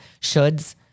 shoulds